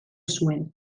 zuen